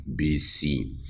BC